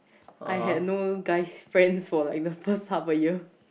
I had no guys friends for like the first half a year